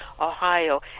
ohio